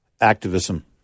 activism